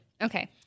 Okay